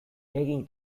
egin